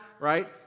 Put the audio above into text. right